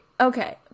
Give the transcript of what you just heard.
Okay